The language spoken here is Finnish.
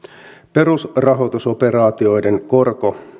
perusrahoitusoperaatioiden korko